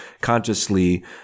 consciously